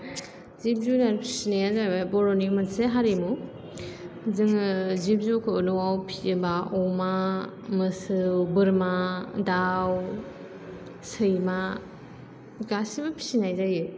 जिब जुनार फिसिनाया जाहैबाय बर'नि मोनसे हारिमु जोङो जिब जुखौ न'आव फिसियोबा अमा मोसौ बोरमा दाव सैमा गासैबो फिसिनाय जायो